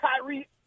Kyrie